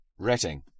Retting